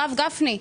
הרב גפני,